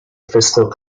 fiscal